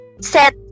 set